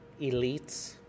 elites